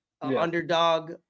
Underdog